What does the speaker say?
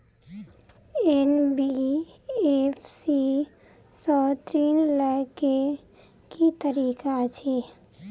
NBFC सँ ऋण लय केँ की तरीका अछि?